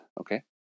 okay